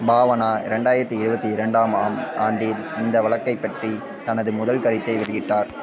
பாவனா ரெண்டாயிரத்தி இருபத்தி இரண்டாம் ஆம் ஆண்டில் இந்த வழக்கைப் பற்றி தனது முதல் கருத்தை வெளியிட்டார்